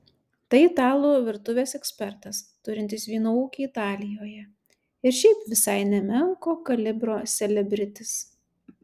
tai italų virtuvės ekspertas turintis vyno ūkį italijoje ir šiaip visai nemenko kalibro selebritis